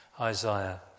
Isaiah